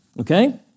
okay